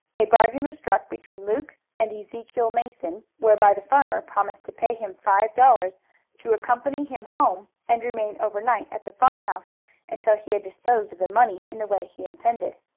a bargain was struck between luke and ezekiel mason whereby the farmer promised to pay him five dollars to accompany him home and remain overnight at the farmhouse until he had disposed of the money in the way he intended.